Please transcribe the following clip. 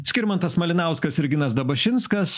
skirmantas malinauskas ir ginas dabašinskas